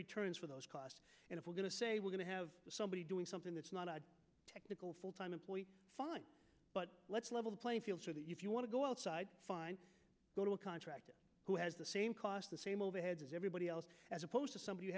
returns for those costs and if we're going to say we're going to have somebody doing something that's not a technical full time employee fine but let's level the playing field if you want to go outside fine go to a contractor who has the same cost the same overhead as everybody else as opposed to somebody who